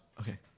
Okay